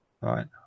Right